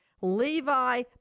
Levi